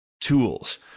tools